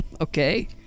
okay